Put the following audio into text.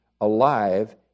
alive